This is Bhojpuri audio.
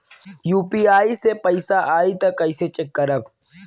यू.पी.आई से पैसा आई त कइसे चेक करब?